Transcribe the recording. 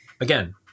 again